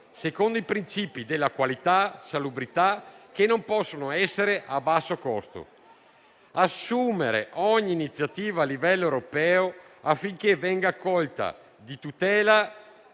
secondo i principi di qualità e salubrità, che non possono essere a basso costo; ad assumere ogni iniziativa a livello europeo affinché venga accolta una